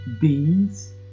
beans